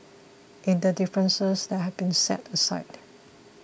in the differences that have been set aside